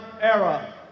era